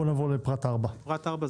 בואו נעבור לפרט 4. "(ג) בפרט 4,